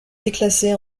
déclassée